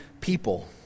people